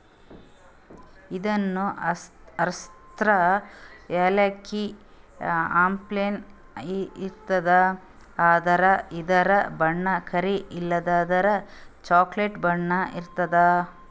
ಇದೂನು ಹಸ್ರ್ ಯಾಲಕ್ಕಿ ಅಪ್ಲೆನೇ ಇರ್ತದ್ ಆದ್ರ ಇದ್ರ್ ಬಣ್ಣ ಕರಿ ಇಲ್ಲಂದ್ರ ಚಾಕ್ಲೆಟ್ ಬಣ್ಣ ಇರ್ತದ್